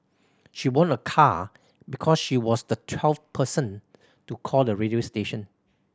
she won a car because she was the twelfth person to call the radio station